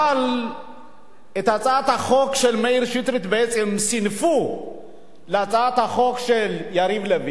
אבל את הצעת החוק של מאיר שטרית בעצם סינפו להצעת החוק של יריב לוין,